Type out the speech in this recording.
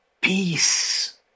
peace